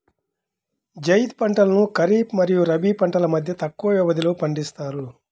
జైద్ పంటలను ఖరీఫ్ మరియు రబీ పంటల మధ్య తక్కువ వ్యవధిలో పండిస్తారు